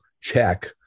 check